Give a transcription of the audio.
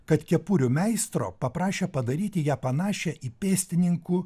kad kepurių meistro paprašė padaryti ją panašią į pėstininkų